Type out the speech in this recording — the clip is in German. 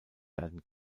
werden